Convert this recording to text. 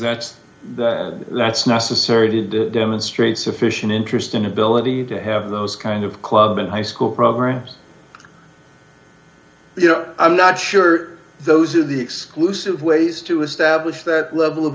that's the that's necessary to do demonstrate sufficient interest in ability to have those kind of club and high school programs you know i'm not sure those are the exclusive ways to establish that level of